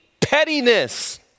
pettiness